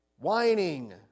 Whining